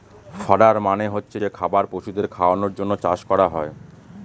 fodder মানে হচ্ছে যে খাবার পশুদের খাওয়ানোর জন্য চাষ করা হয়